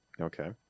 Okay